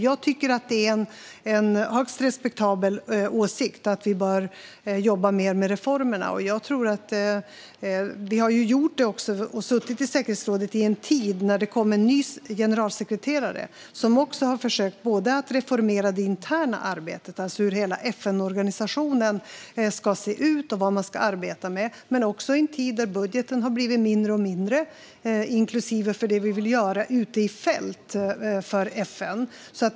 Jag tycker att det är en högst respektabel åsikt att vi bör jobba mer med reformerna. Vi har också gjort detta och suttit i säkerhetsrådet i en tid när det kom en ny generalsekreterare, som har försökt reformera det interna arbetet, alltså hur hela FN-organisationen ska se ut och vad man ska arbeta med i en tid när budgeten blivit mindre och mindre, inklusive för det vi vill göra ute i fält för FN.